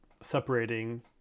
separating